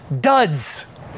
duds